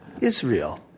Israel